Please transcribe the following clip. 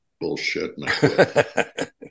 bullshit